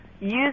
use